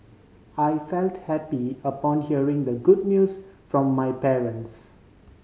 I felt happy upon hearing the good news from my parents